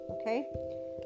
Okay